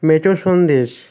মেঠো সন্দেশ